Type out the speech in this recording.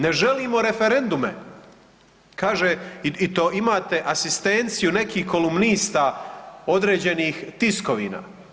Ne želimo referendume, kaže i to imate asistenciju nekih kolumnista određenih tiskovina.